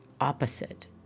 opposite